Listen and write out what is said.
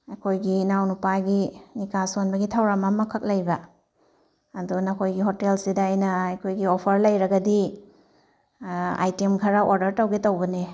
ꯑꯩꯈꯣꯏꯒꯤ ꯏꯅꯥꯎꯅꯨꯄꯥꯒꯤ ꯅꯤꯀꯥ ꯁꯣꯟꯕꯒꯤ ꯊꯧꯔꯝ ꯑꯃꯈꯛ ꯂꯩꯕ ꯑꯗꯣ ꯅꯈꯣꯏꯒꯤ ꯍꯣꯇꯦꯜꯁꯤꯗ ꯑꯩꯅ ꯑꯩꯈꯣꯏꯒꯤ ꯑꯣꯐꯔ ꯂꯩꯔꯒꯗꯤ ꯑꯥꯏꯇꯦꯝ ꯈꯔ ꯑꯣꯔꯗꯔ ꯇꯧꯒꯦ ꯇꯧꯕꯅꯦ